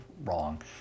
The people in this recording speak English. wrong